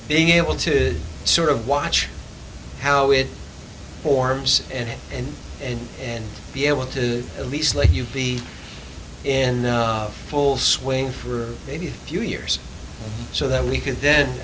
being able to sort of watch how it forms and and and and be able to at least let you be in full swing for maybe a few years so that we could then